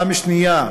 פעם שנייה